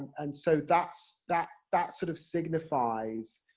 and so that's, that, that sort of signifies,